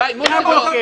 ------ די מוסי.